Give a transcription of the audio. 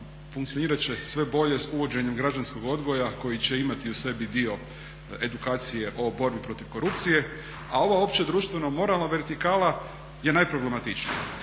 funkcionirati će sve bolje s uvođenjem građanskog odgoja koji će imati u sebi dio edukacije o borbi protiv korupcije. A ova opće društveno moralna vertikala je najproblematičnija.